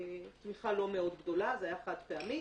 תמיכה לא מאוד גדולה, זה היה חד-פעמי.